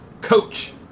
coach